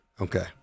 okay